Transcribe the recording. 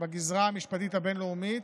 בגזרה המשפטית הבין-לאומית,